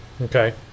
Okay